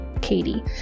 katie